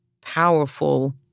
powerful